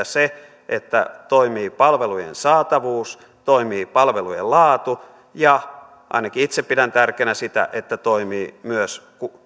se että toimii palvelujen saatavuus toimii palvelujen laatu ja ainakin itse pidän tärkeänä sitä toimii myös